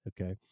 okay